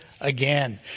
again